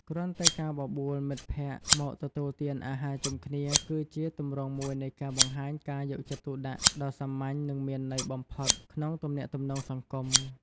គ្រាន់តែការបបួលមិត្តភក្តិមកទទួលទានអាហារជុំគ្នាគឺជាទម្រង់មួយនៃការបង្ហាញការយកចិត្តទុកដាក់ដ៏សាមញ្ញនិងមានន័យបំផុតក្នុងទំនាក់ទំនងសង្គម។